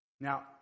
Now